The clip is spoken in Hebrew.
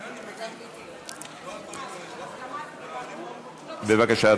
אדוני, בבקשה.